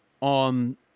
on